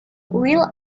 will